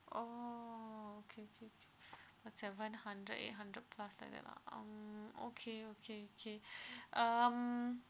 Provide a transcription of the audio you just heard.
oh okay okay okay like seven hundred eight hundred plus like that lah um okay okay okay um